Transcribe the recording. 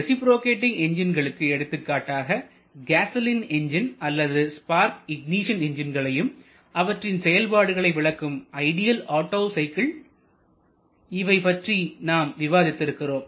reciprocating என்ஜின்களுக்கு எடுத்துக்காட்டாக gasoline engine அல்லது ஸ்பார்க் இக்நிசன் என்ஜின்களையும் அவற்றின் செயல்பாடுகளை விளக்கும் ஐடியல் ஒட்டோ சைக்கிள் இவை பற்றி நாம் விவாதித்து இருக்கிறோம்